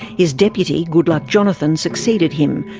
his deputy, goodluck jonathan, succeeded him,